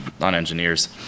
non-engineers